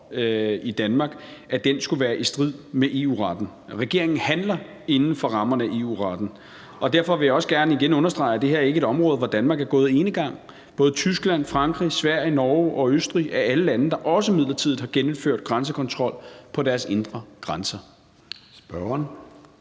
i Danmark skulle være i strid med EU-retten. Regeringen handler inden for rammerne af EU-retten, og derfor vil jeg også gerne igen understrege, at det her ikke er et område, hvor Danmark er gået enegang. Både Tyskland, Frankrig, Sverige, Norge og Østrig er alle lande, der også midlertidigt har genindført grænsekontrol på deres indre grænser.